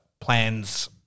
plans